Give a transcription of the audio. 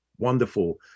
wonderful